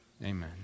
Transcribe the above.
amen